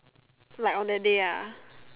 like on that day ah